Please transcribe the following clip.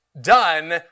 done